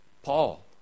Paul